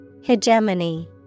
Hegemony